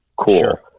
cool